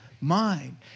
mind